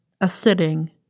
a-sitting